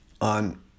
on